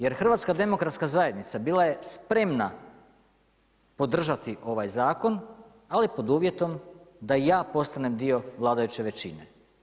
Jer HDZ bila je spremna podržati ovaj zakon ali pod uvjetom da i ja postanem dio vladajuće većine.